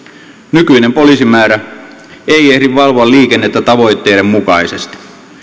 nykyinen poliisimäärä ei ehdi valvoa liikennettä tavoitteiden mukaisesti